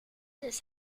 this